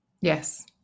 yes